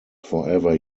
forever